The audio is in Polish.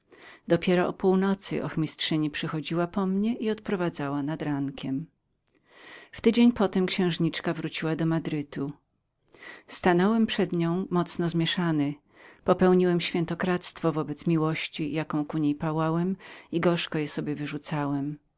niej o północy dopiero ochmistrzyni przychodziła po mnie i odprowadzała nad rankiem w tydzień potem księżniczka wróciła do madrytu zobaczyłem ją popełniłem świętokradztwo względem miłości jaką ku niej pałałem i gorzko je sobie wyrzucałem